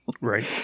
Right